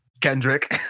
Kendrick